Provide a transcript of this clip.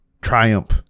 triumph